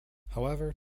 however